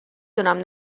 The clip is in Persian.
دونم